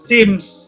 Sims